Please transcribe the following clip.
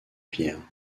pierres